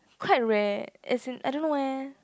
quite rare as in I don't know eh